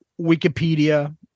Wikipedia